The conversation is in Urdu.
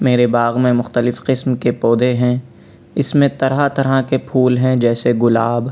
میرے باغ میں مختلف قسم کے پودے ہیں اس میں طرح طرح کے پھول ہیں جیسے گلاب